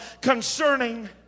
concerning